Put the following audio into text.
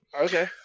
Okay